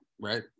right